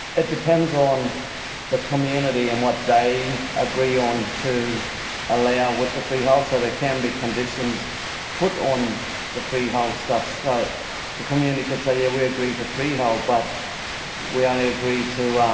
ah depends on the community and what they agree on to allow with the freehold, so there can be conditions put on the freehold stuff. so the community could say yeah, we agree to freehold, but we only agree to um